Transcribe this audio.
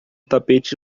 tapete